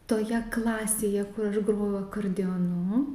toje klasėje kur aš grojau akordeonu